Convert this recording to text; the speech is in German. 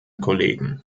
kollegen